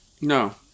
No